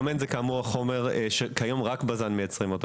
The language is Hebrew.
הוא החומר שכיום רק בז"ן מייצרת,